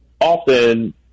Often